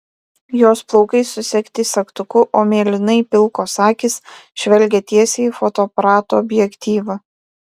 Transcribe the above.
jos plaukai susegti segtuku o mėlynai pilkos akys žvelgia tiesiai į fotoaparato objektyvą